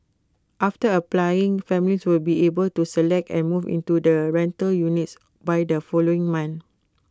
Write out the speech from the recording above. after applying families will be able to select and move into the rental units by the following month